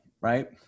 right